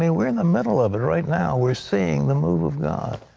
ah we're in the middle of it right now. we're seeing the move of god.